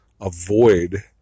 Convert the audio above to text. avoid